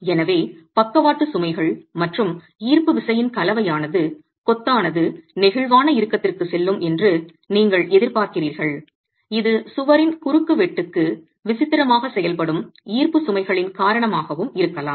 எனவே பக்கவாட்டு சுமைகள் மற்றும் ஈர்ப்பு விசையின் கலவையானது கொத்தானது நெகிழ்வான இறுக்கத்திற்கு செல்லும் என்று நீங்கள் எதிர்பார்க்கிறீர்கள் இது சுவரின் குறுக்குவெட்டுக்கு விசித்திரமாக செயல்படும் ஈர்ப்பு சுமைகளின் காரணமாகவும் இருக்கலாம்